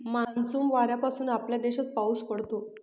monsoon वाऱ्यांमुळे आपल्या देशात पाऊस पडतो